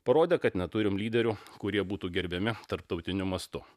parodė kad neturim lyderių kurie būtų gerbiami tarptautiniu mastu